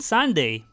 Sunday